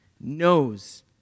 knows